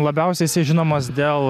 labiausiai esi žinomas dėl